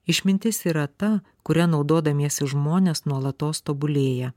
išmintis yra ta kuria naudodamiesi žmonės nuolatos tobulėja